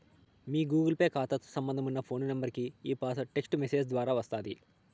మీ Google Pay కాతాతో సంబంధమున్న phone నెంబరికి ఈ పాస్వార్డు టెస్టు మెసేజ్ దోరా వస్తాది